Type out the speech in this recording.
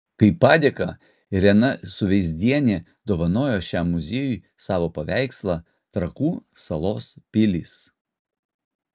kaip padėką irena suveizdienė dovanojo šiam muziejui savo paveikslą trakų salos pilys